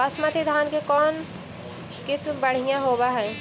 बासमती धान के कौन किसम बँढ़िया होब है?